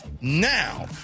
now